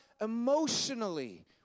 emotionally